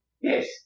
Yes